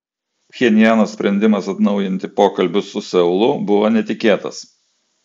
pchenjano sprendimas atnaujinti pokalbius su seulu buvo netikėtas